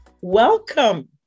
Welcome